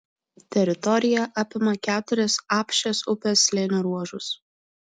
teritorija apima keturis apšės upės slėnio ruožus